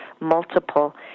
multiple